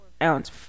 ounce